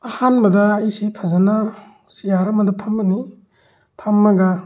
ꯑꯍꯥꯟꯕꯗ ꯑꯩꯁꯤ ꯐꯖꯅ ꯆꯤꯌꯥꯔ ꯑꯃꯗ ꯐꯝꯃꯅꯤ ꯐꯝꯃꯒ